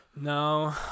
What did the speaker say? No